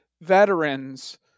veterans